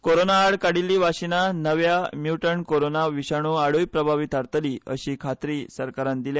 कोरोना आड काडिल्ली वासिना नव्या म्यूटंट कोरोना विशाणू आडूय प्रभावी थारतली अशी खात्री सरकारान दिल्या